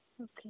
okay